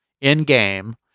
in-game